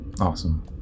Awesome